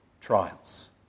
trials